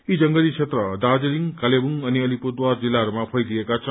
यी जंगली क्षेत्र दार्जीलिङ कालेबुङ अनि अलीपुरद्वार जिल्लाहरूमा फैलिएका छन्